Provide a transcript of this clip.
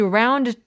round